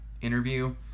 interview